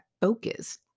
focus